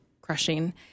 crushing